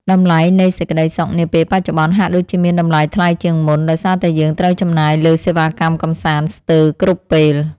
តម្លៃនៃសេចក្ដីសុខនាពេលបច្ចុប្បន្នហាក់ដូចជាមានតម្លៃថ្លៃជាងមុនដោយសារតែយើងត្រូវចំណាយលើសេវាកម្មកម្សាន្តស្ទើរគ្រប់ពេល។